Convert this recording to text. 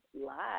Live